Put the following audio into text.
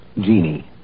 Genie